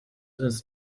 ins